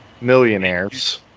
Millionaires